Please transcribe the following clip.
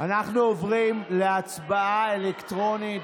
אנחנו עוברים להצבעה אלקטרונית.